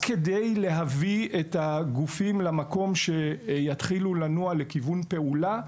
רק כדי להביא את הגופים למקום שבו הם יתחילו לנוע לכיוון פעולה.